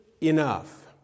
enough